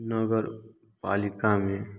नगर पालिका में